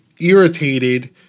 irritated